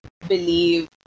believe